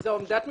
זו עמדת משטרה.